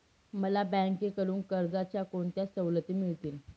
मला बँकेकडून कर्जाच्या कोणत्या सवलती मिळतील?